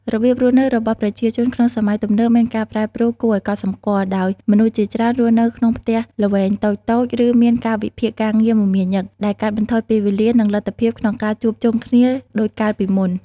របៀបរស់នៅរបស់ប្រជាជនក្នុងសម័យទំនើបមានការប្រែប្រួលគួរឱ្យកត់សម្គាល់ ដោយមនុស្សជាច្រើនរស់នៅក្នុងផ្ទះល្វែងតូចៗ ឬមានកាលវិភាគការងារមមាញឹក ដែលកាត់បន្ថយពេលវេលា និងលទ្ធភាពក្នុងការជួបជុំគ្នាដូចកាលពីមុន។